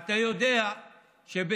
אתה יודע שבסין